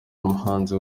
n’umuhanzi